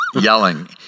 yelling